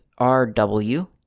RW